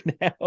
now